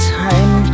time